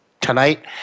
tonight